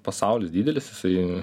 pasaulis didelis jisai